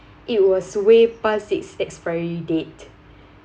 it was way past its expiry date